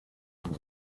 not